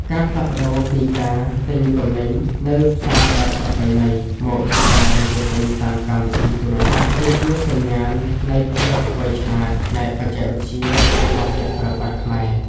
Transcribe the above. ការផ្លាស់ប្តូរពីការទិញទំនិញនៅផ្សារបែបប្រពៃណី មកជាការបញ្ជាទិញតាមកម្មវិធីទូរស័ព្ទ គឺជាសញ្ញាណនៃភាពវៃឆ្លាតផ្នែកបច្ចេកវិទ្យារបស់អ្នកប្រើប្រាស់ខ្មែរ។